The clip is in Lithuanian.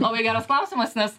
labai geras klausimas nes